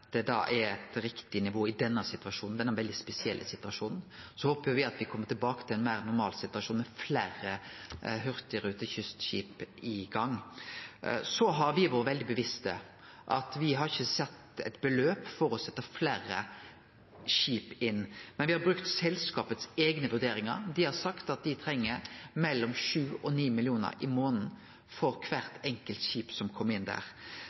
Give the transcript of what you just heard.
tilbake til ein meir normal situasjon med fleire hurtigrute- og kystskip i gang. Så har me vore veldig bevisste, me har ikkje satt eit beløp for å setje inn fleire skip, men me har brukt selskapets eigne vurderingar. Dei har sagt at dei treng mellom 7 mill. kr og 9 mill. kr i månaden for kvart enkelt skip som kjem inn der.